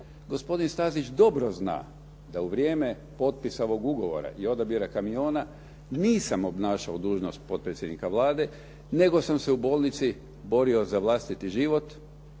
Gospodin Stazić dobro zna da u vrijeme potpisa ovog ugovora i odabira kamiona nisam obnašao dužnost potpredsjednika Vlade nego sam se u bolnici borio za vlastiti život